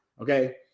Okay